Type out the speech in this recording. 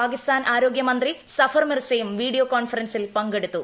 പാകിസ്ഥാൻ ആരോഗ്യമന്ത്രി സഫർ മിർസയും വീഡിയോ കോൺഫറൻസിൽ പങ്കെടുത്തു